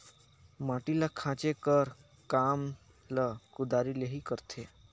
माटी ल खाचे कर काम ल कुदारी ले ही करथे